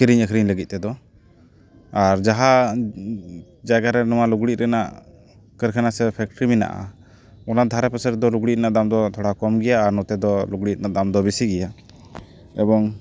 ᱠᱤᱨᱤᱧ ᱟᱹᱠᱷᱨᱤᱧ ᱞᱟᱹᱜᱤᱫ ᱛᱮᱫᱚ ᱟᱨ ᱡᱟᱦᱟᱸ ᱡᱟᱭᱜᱟ ᱨᱮ ᱱᱚᱣᱟ ᱞᱩᱜᱽᱲᱤᱡ ᱨᱮᱱᱟᱜ ᱠᱟᱹᱨᱠᱷᱟᱱᱟ ᱥᱮ ᱯᱷᱮᱠᱴᱨᱤ ᱢᱮᱱᱟᱜᱼᱟ ᱚᱱᱟ ᱫᱷᱟᱨᱮ ᱯᱟᱥᱮ ᱨᱮᱫᱚ ᱞᱩᱜᱽᱲᱤᱡ ᱨᱮᱱᱟᱜ ᱫᱟᱢ ᱫᱚ ᱛᱷᱚᱲᱟ ᱠᱚᱢ ᱜᱮᱭᱟ ᱟᱨ ᱱᱚᱛᱮ ᱫᱚ ᱞᱩᱜᱽᱲᱤᱡ ᱨᱮᱱᱟᱜ ᱫᱟᱢ ᱫᱚ ᱰᱤᱥᱤ ᱜᱮᱭᱟ ᱮᱵᱚᱝ